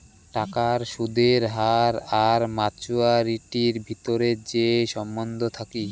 টাকার সুদের হার আর মাচুয়ারিটির ভিতরে যে সম্বন্ধ থাকি